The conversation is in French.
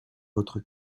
votre